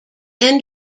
end